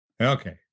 Okay